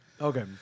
Okay